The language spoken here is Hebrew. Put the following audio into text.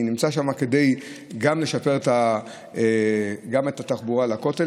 אני נמצא שם כדי לשפר גם את התחבורה לכותל,